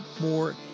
more